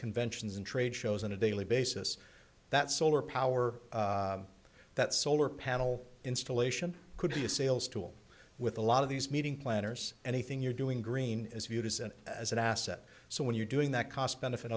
conventions and trade shows on a daily basis that solar power that solar panel installation could be a sales tool with a lot of these meeting planners anything you're doing green is viewed as an as an asset so when you're doing that cost benefit